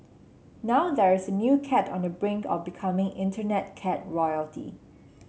now there is a new cat on the brink of becoming Internet cat royalty